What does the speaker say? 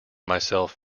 myself